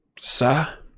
Sir